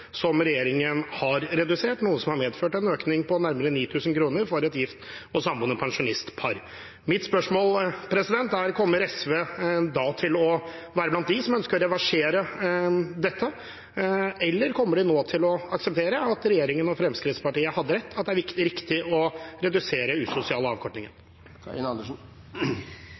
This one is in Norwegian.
som regjeringen har redusert, noe som har medført en økning på nærmere 9 000 kr for et gift eller samboende pensjonistpar. Mitt spørsmål er: Kommer SV til å være blant dem som ønsker å reversere dette, eller kommer de nå til å akseptere at regjeringen og Fremskrittspartiet hadde rett i at det er riktig å redusere usosiale